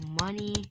Money